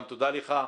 גם תודה לך.